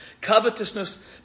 Covetousness